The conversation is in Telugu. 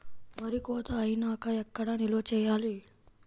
వరి కోత అయినాక ఎక్కడ నిల్వ చేయాలి?